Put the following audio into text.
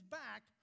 back